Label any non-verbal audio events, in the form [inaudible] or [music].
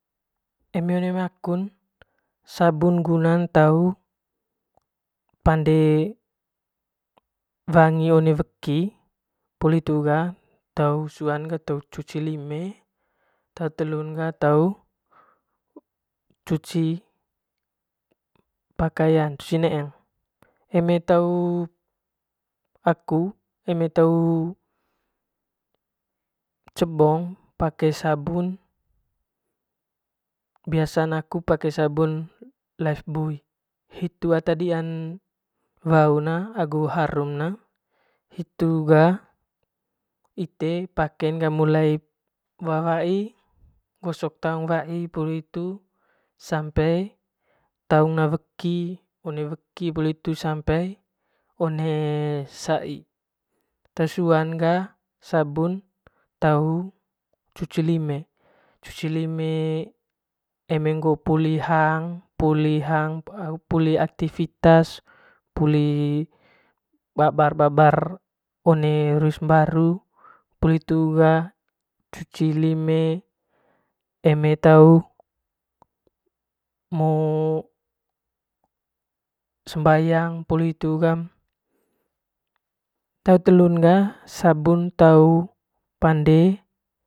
Eme one mai akun sabun gunan taun pande wangi one weki poli hitu ga te suan ga te cuci lime te telun ga te cuci pakayan cuci neeng eme tau aku eme tau cebong pake sabun biasan aku pake sabun laifboi hitu ata diaan waun na agu harum ne hitu ga iten paken ga wa mulai wai goosok taung wai poli hitu sampai wa weki na one weki sampai one saii te suan ga sabun tau cuci lime cuci lime eme ngoo puli hang puli aktifitas [hesitation] puli babar babr one ruis mbaru puli hittu ga cuci lime eme tau mao sembayang poli hitu ga te telun ga sabun tau pande.